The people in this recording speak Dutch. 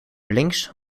links